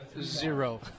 Zero